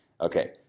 Okay